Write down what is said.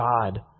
God